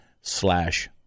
slash